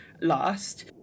last